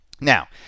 Now